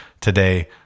today